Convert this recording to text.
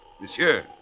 Monsieur